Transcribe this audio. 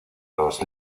los